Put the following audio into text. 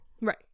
Right